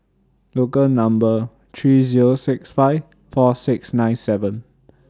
Local Number three Zero six five four six nine seven